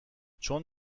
چون